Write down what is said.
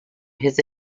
his